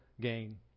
gain